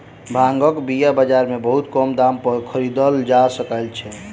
भांगक बीया बाजार में बहुत कम दाम पर खरीदल जा सकै छै